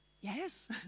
Yes